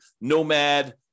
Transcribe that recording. Nomad